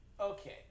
Okay